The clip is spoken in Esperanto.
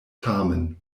tamen